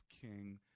King